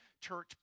church